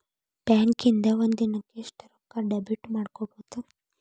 ಬ್ಯಾಂಕಿಂದಾ ಒಂದಿನಕ್ಕ ಎಷ್ಟ್ ರೊಕ್ಕಾ ಡೆಬಿಟ್ ಮಾಡ್ಕೊಬಹುದು?